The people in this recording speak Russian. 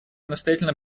настоятельно